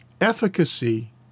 efficacy